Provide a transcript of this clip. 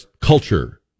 culture